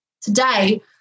today